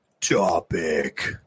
Topic